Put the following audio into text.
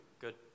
Good